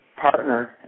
partner